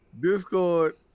discord